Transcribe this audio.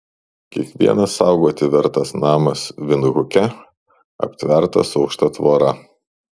kiekvienas saugoti vertas namas vindhuke aptvertas aukšta tvora